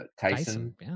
Tyson